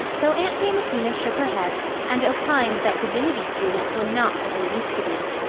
though aunt jamesina shook her head and opined that divinity students were not what they used to be.